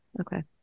Okay